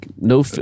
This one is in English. No